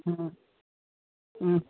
ꯎꯝ ꯎꯝ